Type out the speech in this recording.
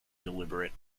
deliberate